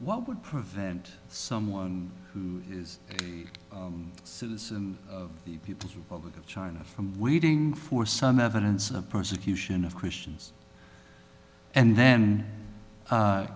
what would prevent someone who is a citizen of the people's republic of china from waiting for some evidence of persecution of christians and then